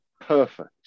Perfect